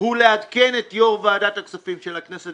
הוא לעדכן את יושב-ראש ועדת הכספים של הכנסת